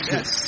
Yes